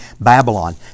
Babylon